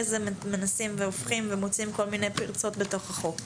כן מנסים והופכים ומוצאים כל מיני פרצות בתוך החוק.